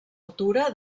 altura